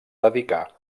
dedicar